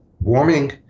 warming